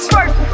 First